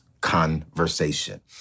conversation